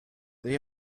they